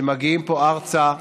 שמגיעים ארצה לשחיטה.